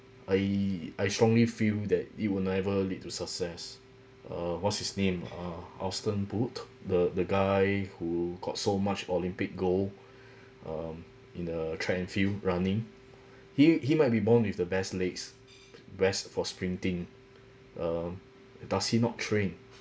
I I strongly feel that it will never lead to success uh what's his name uh usain bolt the the guy who got so much olympic gold um in uh track and field running he he might be born with the best legs best for sprinting uh does he not train